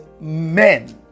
men